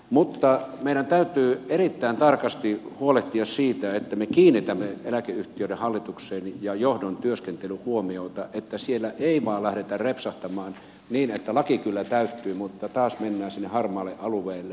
mutta meidän täytyy erittäin tarkasti huolehtia siitä että me kiinnitämme eläkeyhtiöiden hallituksen ja johdon työskentelyyn huomiota että siellä ei vain lähdetä repsahtamaan niin että laki kyllä täyttyy mutta taas mennään sinne harmaalle alueelle